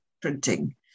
printing